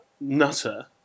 nutter